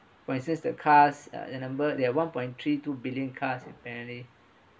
for instance the cars uh the number there're one point three two billion cars apparently